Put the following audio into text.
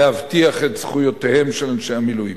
להבטיח את זכויותיהם של אנשי המילואים.